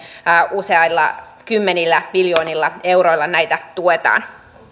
useilla kymmenillä miljoonilla euroilla näitä tuetaan